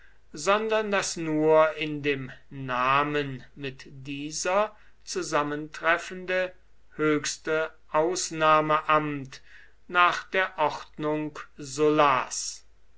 sondern das nur in dem namen mit dieser zusammentreffende höchste ausnahmeamt nach der ordnung